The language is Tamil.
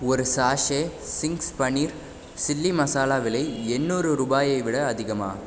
ஒரு sachet Ching's paneer chilli masala விலை எண்ணூறு ரூபாயை விட அதிகமா